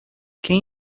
quem